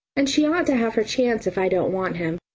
and she ought to have her chance if i don't want him.